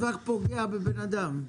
מאיזה טווח זה פוגע בבן אדם?